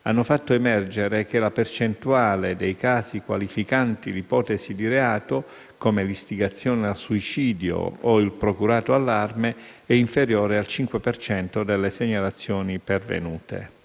hanno fatto emergere che la percentuale dei casi qualificanti ipotesi di reato, come l'istigazione al suicidio o il procurato allarme, è inferiore al 5 per cento delle segnalazioni pervenute.